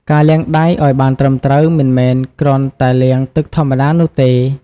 ការលាងដៃឱ្យបានត្រឹមត្រូវ មិនមែនគ្រាន់តែលាងទឹកធម្មតានោះទេ។